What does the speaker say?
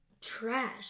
trash